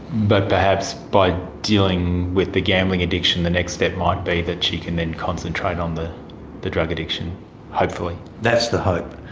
but perhaps by dealing with the gambling addiction, the next step might be that she can then concentrate on the the drug addiction hopefully. that's the hope.